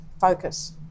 focus